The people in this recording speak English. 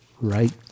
right